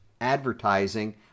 advertising